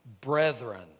brethren